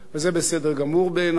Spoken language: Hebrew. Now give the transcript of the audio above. וזה בסדר גמור בעיני,